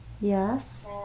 Yes